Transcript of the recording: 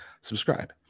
subscribe